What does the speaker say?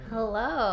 Hello